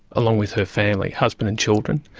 along with her family, husband and children.